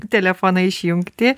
telefonai išjungti